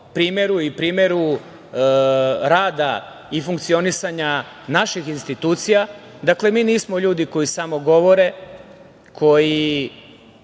i primeru rada i funkcionisanja naših institucija. Mi nismo ljudi koji samo govore, koji